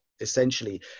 essentially